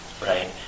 Right